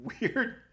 weird